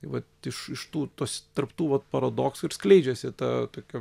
vat iš iš tų tos tarp tų paradoksų ir skleidžiasi ta tokia